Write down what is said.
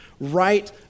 right